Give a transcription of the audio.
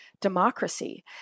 democracy